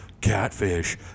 Catfish